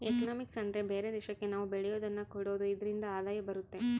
economics ಅಂದ್ರೆ ಬೇರೆ ದೇಶಕ್ಕೆ ನಾವ್ ಬೆಳೆಯೋದನ್ನ ಕೊಡೋದು ಇದ್ರಿಂದ ಆದಾಯ ಬರುತ್ತೆ